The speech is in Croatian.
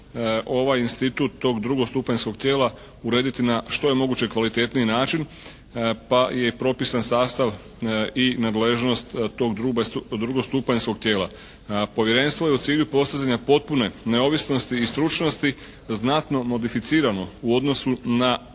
ovaj institut tog drugostupanjskog tijela urediti na što je moguće kvalitetniji način pa je propisan sastav i nadležnost tog drugostupanjskog tijela. Povjerenstvo je u cilju postizanja potpune neovisnosti i stručnosti znatno modificirano u odnosu na